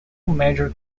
major